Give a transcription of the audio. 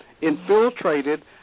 infiltrated